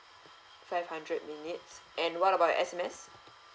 five hundred minutes and what about your S_M_S